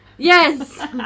Yes